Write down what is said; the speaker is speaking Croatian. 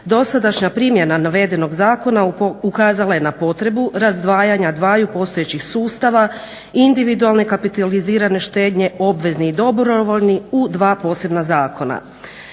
dosadašnja primjena navedenog zakona ukazala je na potrebu razdvajanja dvaju postojećih sustava individualne kapitalizirane štednje, obveznih, dobrovoljnih u dva posebna zakona.